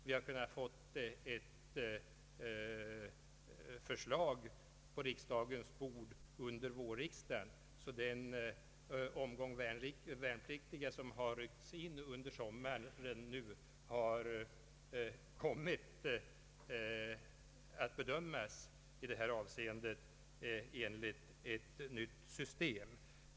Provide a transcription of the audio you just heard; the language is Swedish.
Vi hade kunnat få ett förslag på riksdagens bord nu under vårriksdagen, så att den omgång värnpliktiga som påbörjar sin militärtjänstgöring i sommar, straffrättsligt hade kommit att bedömas enligt ett nytt system.